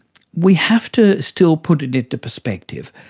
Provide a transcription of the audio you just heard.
we have to still put it into perspective.